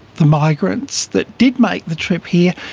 the migrants that did make the trip here,